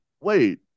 wait